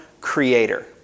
creator